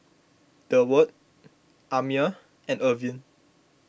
Durward Amiah and Irvin